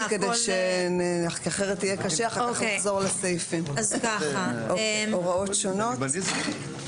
בהמשך היום זה לא יתאפשר?